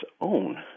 own